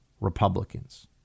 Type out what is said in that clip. Republicans